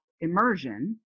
immersion